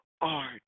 art